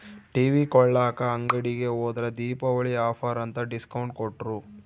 TV ಕೊಳ್ಳಾಕ ಅಂಗಡಿಗೆ ಹೋದ್ರ ದೀಪಾವಳಿ ಆಫರ್ ಅಂತ ಡಿಸ್ಕೌಂಟ್ ಕೊಟ್ರು